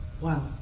wow